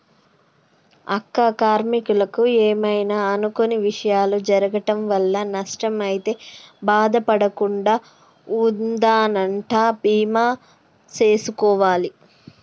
అక్క కార్మీకులకు ఏమైనా అనుకొని విషయాలు జరగటం వల్ల నష్టం అయితే బాధ పడకుండా ఉందనంటా బీమా సేసుకోవాలి